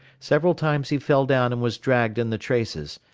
several times he fell down and was dragged in the traces,